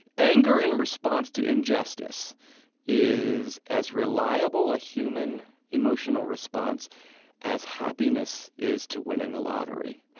anger in response to injustice is as reliable a human emotional response as happiness is to winning the lottery,